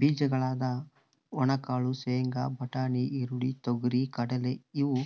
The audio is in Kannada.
ಬೀಜಗಳಾದ ಒಣಕಾಳು ಶೇಂಗಾ, ಬಟಾಣಿ, ಹುರುಳಿ, ತೊಗರಿ,, ಕಡಲೆ ಇವು